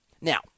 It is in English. Now